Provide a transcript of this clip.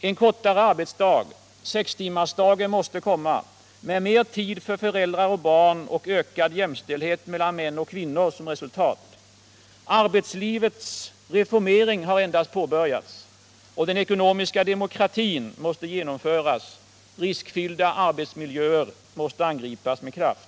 En kortare arbetsdag, 6-timmarsdagen, måste komma. Med mer tid för föräldrar och barn och ökad jämställdhet mellan män och kvinnor som resultat. Arbetslivets reformering har endast påbörjats. Den ekonomiska demokratin måste genomföras. Riskfyllda arbetsmiljöer måste angripas med kraft.